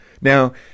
Now